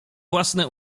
własne